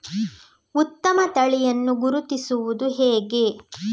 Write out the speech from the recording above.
ಉತ್ತಮ ತಳಿಯನ್ನು ಗುರುತಿಸುವುದು ಹೇಗೆ?